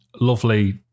lovely